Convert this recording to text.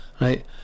right